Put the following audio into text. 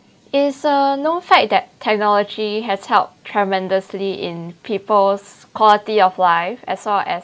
is a known fact that technology has helped tremendously in peoples quality of life as long as